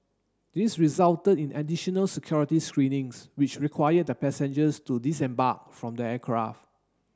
this resulted in additional security screenings which required the passengers to disembark from the aircraft